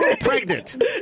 Pregnant